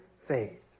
faith